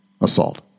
assault